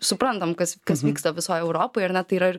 suprantam kas kas vyksta visoj europoj ar ne tai yra ir